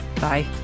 Bye